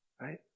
right